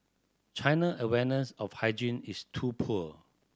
China awareness of hygiene is too poor